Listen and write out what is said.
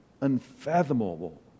unfathomable